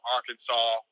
Arkansas